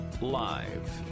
Live